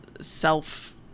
self